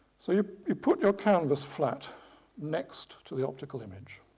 so you you put your canvas flat next to the optical image